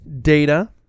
Data